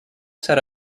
set